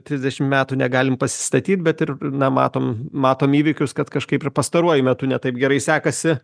trisdešim metų negalim pasistatyt bet ir na matom matom įvykius kad kažkaip ir pastaruoju metu ne taip gerai sekasi